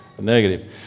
negative